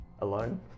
alone